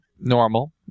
normal